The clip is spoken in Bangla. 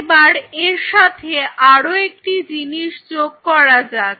এবার এর সাথে আরও একটি জিনিস যোগ করা যাক